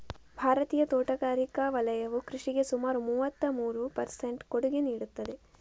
ಭಾರತೀಯ ತೋಟಗಾರಿಕಾ ವಲಯವು ಕೃಷಿಗೆ ಸುಮಾರು ಮೂವತ್ತಮೂರು ಪರ್ ಸೆಂಟ್ ಕೊಡುಗೆ ನೀಡುತ್ತದೆ